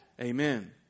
Amen